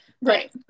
Right